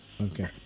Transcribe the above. Okay